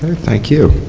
thank you.